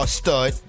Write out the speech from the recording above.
stud